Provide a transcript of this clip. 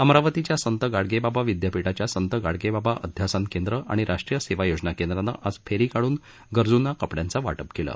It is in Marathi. अमरावतीच्या संत गाडगे बाबा विद्यापीठाच्या संत गाडगेबाबा अध्यासन केंद्र आणि राष्ट्रीय सेवा योजना केंद्रानं आज फेरी काढून गरजूना कपड्यांचं वाटप केलं